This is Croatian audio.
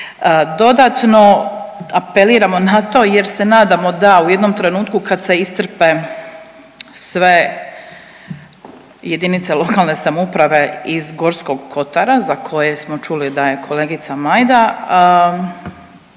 Dodatno apeliramo na to jer se nadamo da u jednom trenutku kad se iscrpe sve jedinice lokalne samouprave iz Gorskog kotara za koje smo čuli da je kolegica Majda